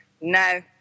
No